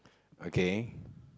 okay